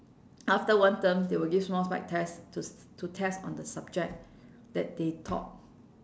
after one term they will give small bite test to test on the subject that they taught